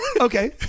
Okay